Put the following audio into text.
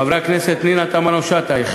חברי הכנסת פנינה תמנו-שטה,